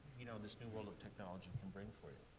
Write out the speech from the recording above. you know, this new world of technology can bring for you.